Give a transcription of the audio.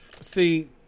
see